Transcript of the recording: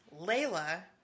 Layla